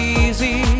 easy